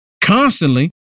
constantly